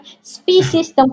species